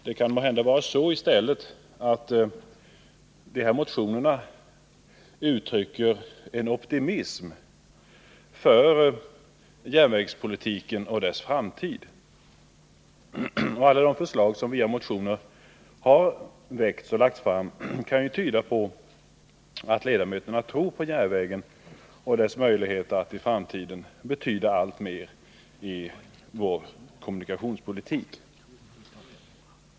Det kan måhända i stället vara så att dessa motioner uttrycker en optimism inför järnvägspolitiken och järnvägarnas framtid. Alla de förslag som i dessa motioner har lagts fram kan tyda på en tro på järnvägen och dess möjligheter att i framtiden betyda alltmer i vår kommunikationspolitik.